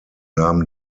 nahmen